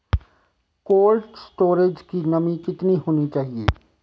Cold storage की नमी कितनी होनी चाहिए?